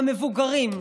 המבוגרים,